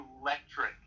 electric